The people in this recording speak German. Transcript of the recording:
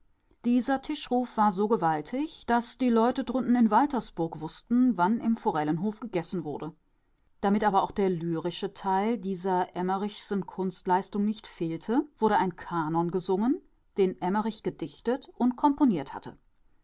dieser tischruf war so gewaltig daß die leute drunten in waltersburg wußten wann im forellenhof gegessen wurde damit aber auch der lyrische teil dieser emmerichschen kunstleistung nicht fehle wurde ein kanon gesungen den emmerich gedichtet und komponiert hatte